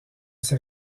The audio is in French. ses